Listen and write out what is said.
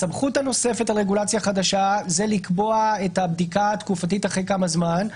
הסמכות הנוספת על רגולציה חדשה היא לקבוע בדיקה תקופתית אחרי זמן מה,